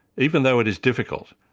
even though it is difficult,